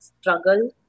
struggle